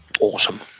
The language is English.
awesome